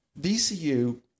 VCU